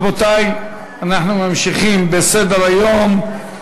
רבותי, אנחנו ממשיכים בסדר-היום: